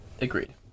Agreed